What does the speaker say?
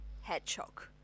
hedgehog